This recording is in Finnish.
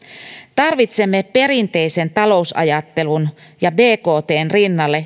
tarvitsemme perinteisen talousajattelun ja bktn rinnalle